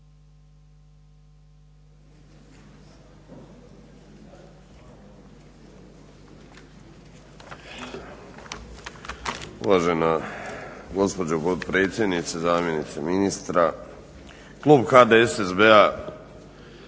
Uvažena gospođo potpredsjednice, zamjenice ministra. Klub HDSSB-a